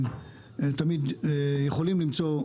תמיד יכולים למצוא,